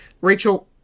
Rachel